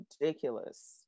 Ridiculous